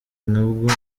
ntabwo